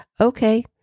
Okay